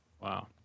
Wow